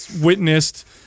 witnessed